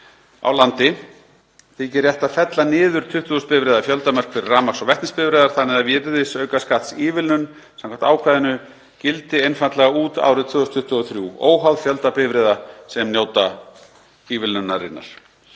á landi, þykir rétt að fella niður 20.000 bifreiða fjöldamörk fyrir rafmagns- og vetnisbifreiðar þannig að virðisaukaskattsívilnun samkvæmt ákvæðinu gildi út árið 2023 óháð fjölda bifreiða sem njóta ívilnunarinnar.